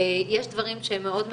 יש דברים שהם מאוד מעניינים,